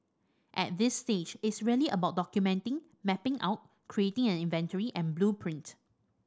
at this stage it's really about documenting mapping out creating an inventory and blueprint